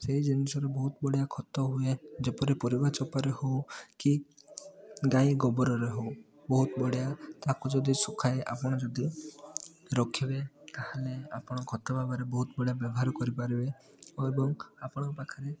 ସେଇ ଜିନିଷରୁ ବହୁତ ବଢ଼ିଆ ଖତ ହୁଏ ଯେପରି ପରିବା ଚୋପାରେ ହେଉ କି ଗାଈ ଗୋବରରେ ହେଉ ବହୁତ ବଢ଼ିଆ ତାକୁ ଯଦି ଶୁଖାଏ ଆପଣ ଯଦି ରଖିବେ ତା'ହେଲେ ଆପଣ ଖତ ଭାବରେ ବହୁତ ବଢ଼ିଆ ବ୍ୟବହାର କରିପାରିବେ ଓ ଏବଂ ଆପଣଙ୍କ ପାଖରେ